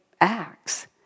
acts